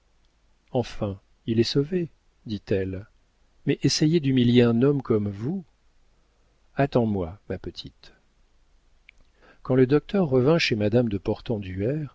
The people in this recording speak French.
enfin il est sauvé dit-elle mais essayer d'humilier un homme comme vous attends-moi ma petite quand le docteur revint chez madame de